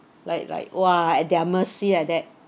like like !wah! at their mercy like that